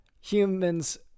humans